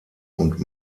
und